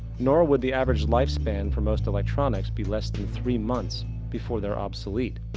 nor would the average lifespan for most electronics be less than three months before they're obsolete.